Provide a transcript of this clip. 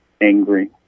angry